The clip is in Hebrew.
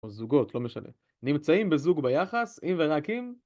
נמצאים בזוג ביחס אם ורק אם?